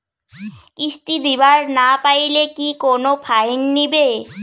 কিস্তি দিবার না পাইলে কি কোনো ফাইন নিবে?